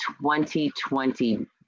2020